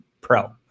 pro